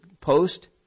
post